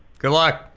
good luck.